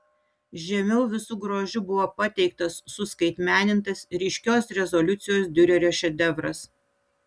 žemiau visu grožiu buvo pateiktas suskaitmenintas ryškios rezoliucijos diurerio šedevras